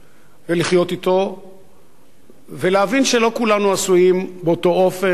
ולחיות אתו ולהבין שלא כולנו עשויים באותו אופן,